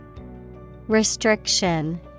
Restriction